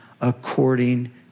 according